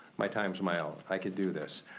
my time's my own. i could do this.